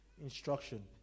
instruction